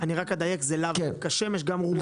אני רק אדייק: זה לאו דווקא שמש, גם רוח.